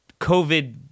COVID